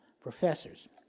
professors